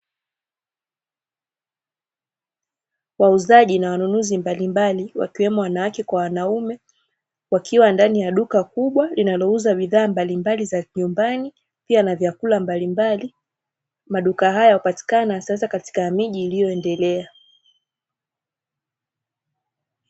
Wauzaji na wanunuzi mbalimbali wakiwemo wanawake kwa wanaume, wakiwa ndani ya duka kubwa linalouza bidhaa mbalimbali za kinyumbani pia na vyakula mbalimbali, maduka haya hupatikana hasahasa katika miji iliyoendelea.